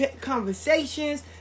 conversations